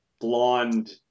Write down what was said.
blonde